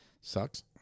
Sucks